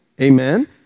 Amen